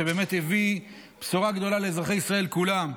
שבאמת הביא בשורה גדולה לאזרחי ישראל כולם,